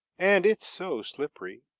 and it's so slippery.